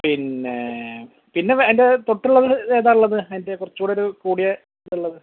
പിന്നെ പിന്നെ വേ അതിൻ്റെ തൊട്ടുള്ളത് ഏതാ ഉളളത് അതിൻ്റെ കുറച്ചും കൂടെ ഒരു കൂടിയ ഇതുള്ളത്